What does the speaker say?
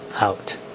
out